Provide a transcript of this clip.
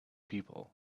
people